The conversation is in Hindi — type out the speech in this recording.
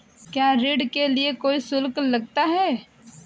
क्या ऋण के लिए कोई शुल्क लगता है?